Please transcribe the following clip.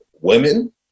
women